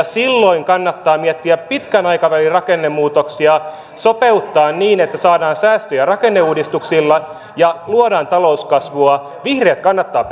silloin kannattaa miettiä pitkän aikavälin rakennemuutoksia sopeuttaa niin että saadaan säästöjä rakenneuudistuksilla ja luodaan talouskasvua vihreät kannattavat